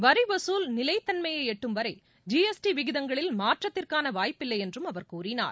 வரி வசூல் நிலைத்தன்மையை எட்டும்வரை ஜி எஸ் டி விகிதங்களில் மாற்றத்திற்கான வாய்ப்பு இல்லையென்றும் அவர் கூறினார்